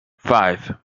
five